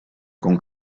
con